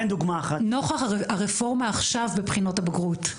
נוכח הרפורמה עכשיו בבחינות הבגרות,